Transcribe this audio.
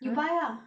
you buy lah